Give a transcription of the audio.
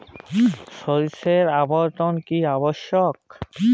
শস্যের আবর্তন কী আবশ্যক?